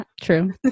True